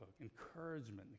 Encouragement